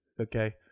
Okay